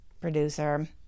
producer